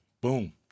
Boom